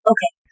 Okay